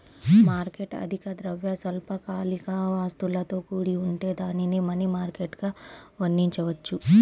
market అధిక ద్రవ, స్వల్పకాలిక ఆస్తులతో కూడి ఉంటే దానిని మనీ మార్కెట్గా వర్ణించవచ్చు